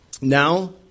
Now